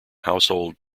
household